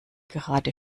gerade